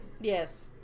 Yes